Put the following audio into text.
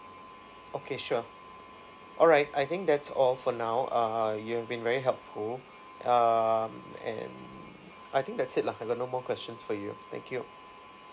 okay sure all right I think that's all for now uh you have been very helpful um and I think that's it lah I got no more questions for you thank you